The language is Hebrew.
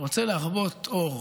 שרוצה להרבות אור,